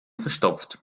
verstopft